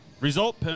Result